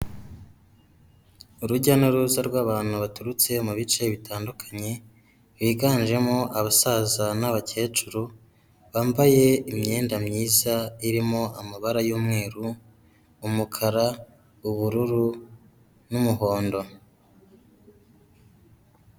Urujya n'uruza rw'abantu baturutse mu bice bitandukanye , biganjemo abasaza n'abakecuru , bambaye imyenda myiza irimo amabara y'umweru umukara , ubururu n'umuhondo.